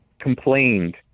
complained